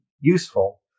useful